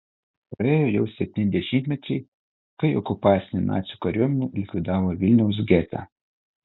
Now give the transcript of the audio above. praėjo jau septyni dešimtmečiai kai okupacinė nacių kariuomenė likvidavo vilniaus getą